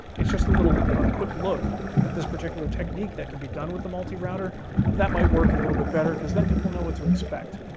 it's just a little quick look at this particular technique that could be done with the multi-router that might work a little bit better because then people know what to expect.